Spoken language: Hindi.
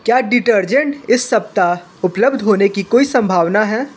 क्या डिटर्जेंट इस सप्ताह उपलब्ध होने की कोई संभावना है